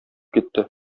китте